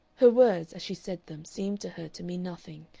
her words, as she said them, seemed to her to mean nothing,